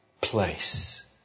Place